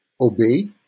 obey